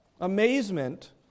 amazement